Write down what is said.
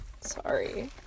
Sorry